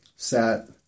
Sat